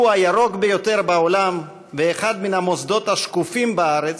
שהוא הירוק ביותר בעולם ואחד מן המוסדות השקופים בארץ,